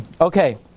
Okay